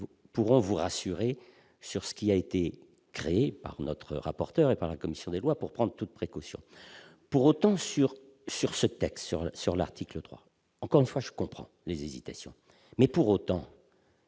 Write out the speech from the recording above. pour vous rassurer sur ce qui a été créé par notre rapporteur et par la commission des lois pour prendre toute précaution pour autant sur sur ce texte sur le, sur l'article 3, encore une fois, je comprends les hésitations mais pour autant,